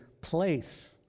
place